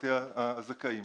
בבתי הזכאים.